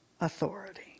authority